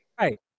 Right